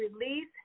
release